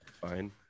Fine